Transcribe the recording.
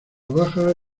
baja